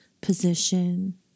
position